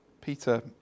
Peter